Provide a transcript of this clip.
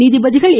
நீதிபதிகள் ஏ